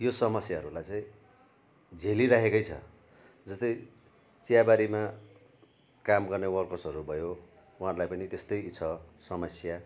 यो समस्याहरूलाई चाहिँ झेलिरहेकै छ जस्तै चियाबारीमा काम गर्ने वर्कर्सहरू भयो उहाँहरूलाई पनि त्यस्तै छ समस्या